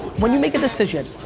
when you make a decision,